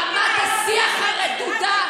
רמת השיח הרדודה,